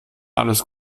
alles